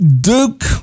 Duke